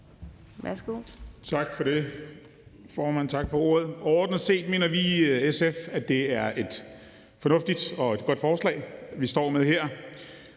Værsgo.